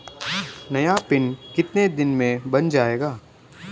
नया पिन कितने दिन में बन जायेगा?